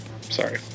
Sorry